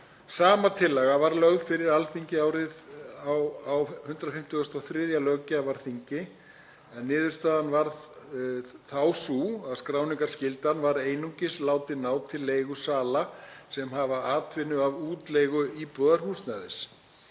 Sama tillaga var lögð fyrir Alþingi á 153. löggjafarþingi en niðurstaðan varð sú að skráningarskyldan var einungis látin ná til leigusala sem hafa atvinnu af útleigu íbúðarhúsnæðis.